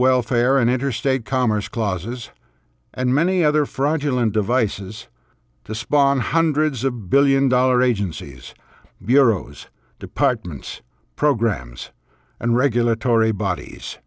welfare and interstate commerce clause has and many other fraudulent devices to spawn hundreds a billion dollar agencies bureaus departments programs and regulatory bodies